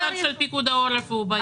האתר של פיקוד העורף הוא בעייתי.